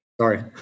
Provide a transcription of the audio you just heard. Sorry